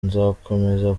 nzakomeza